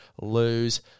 lose